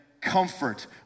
comfort